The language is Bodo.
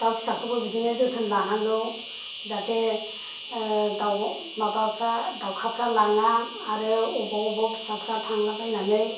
दाउ फिसाखौबो बिदिनो जोथोन लानांगौ जाहाथे माबाफ्रा दाउखाफ्रा लाङा आरो अबाव अबाव फिसाफ्रा थांला बायनानै